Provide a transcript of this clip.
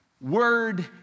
Word